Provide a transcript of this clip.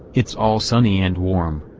it's all sunny and warm.